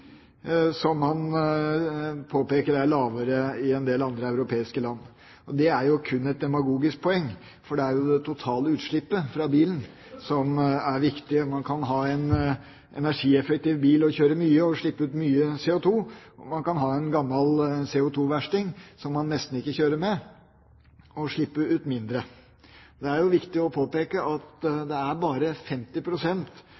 som han påpekte er lavere i en del andre europeiske land. Det er jo kun et demagogisk poeng, for det er det totale utslippet fra bilen som er viktig. Man kan ha en energieffektiv bil og kjøre mye og slippe ut mye CO2. Og man kan ha en gammel CO2-versting som man nesten ikke kjører, og slippe ut mindre. Det er viktig å påpeke at